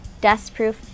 dustproof